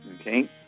Okay